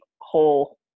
whole